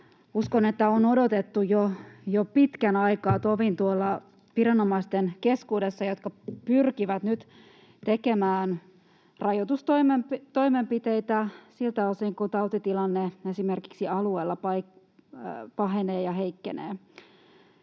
muutosta on odotettu jo pitkän aikaa, tovin niiden viranomaisten keskuudessa, jotka pyrkivät nyt tekemään rajoitustoimenpiteitä siltä osin kuin tautitilanne esimerkiksi alueilla pahenee ja heikkenee.